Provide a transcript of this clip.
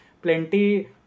plenty